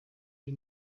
die